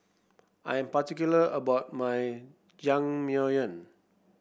I am particular about my